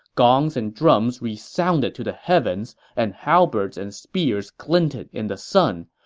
gongs and drums resounded to the heavens, and halberds and spears glinted in the sun.